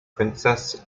princess